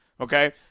okay